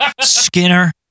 Skinner